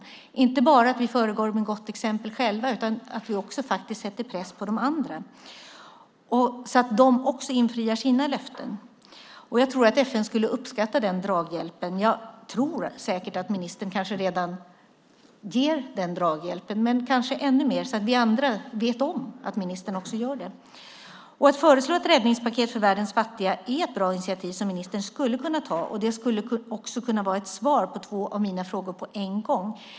Det handlar inte bara om att vi föregår med gott exempel själva utan att vi också faktiskt sätter press på de andra så att de infriar sina löften. Jag tror att FN skulle uppskatta den draghjälpen. Jag tror säkert att ministern redan ger den draghjälpen, men kanske behövs det ännu mer så att vi andra vet om att ministern gör det. Att föreslå ett räddningspaket för världens fattiga är ett bra initiativ som ministern skulle kunna ta. Det skulle också kunna vara ett svar på två av mina frågor på en gång.